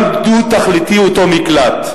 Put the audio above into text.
גם הוא דו-תכליתי, אותו מקלט.